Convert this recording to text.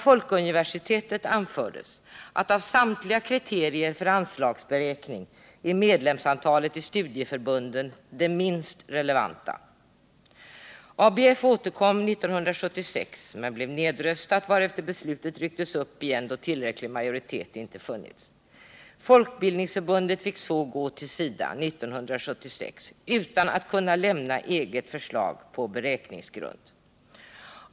Folkuniversitetet anförde att av samtliga kriterier för anslagsberäkning är medlemsantalet i studieförbunden det minst relevanta. ABF återkom 1976 men blev nedröstat, varefter beslutet rycktes upp igen då tillräcklig majoritet inte hade funnits. Folkbildningsförbundet fick så gå till SIDA 1976 utan att kunna lämna eget förslag om beräkningsgrund.